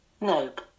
Nope